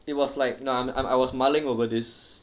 it was like nah I I was mulling over this